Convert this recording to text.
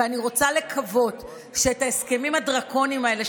אני רוצה לקוות שאת ההסכמים הדרקוניים האלה,